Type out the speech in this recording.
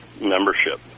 membership